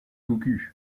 cocu